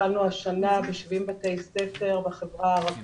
האם לקחתם בחשבון גם את הסקטור הדרוזי,